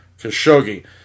Khashoggi